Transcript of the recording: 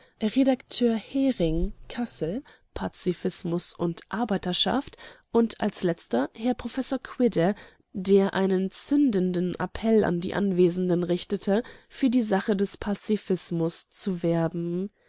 redakteur häring kassel pazifismus und arbeiterschaft und als letzter herr prof quidde der einen zündenden appell an die anwesenden richtete für die sache des pazifismus zu werben